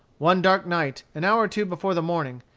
one dark night, an hour or two before the morning,